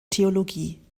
theologie